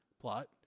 plot